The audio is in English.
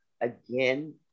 again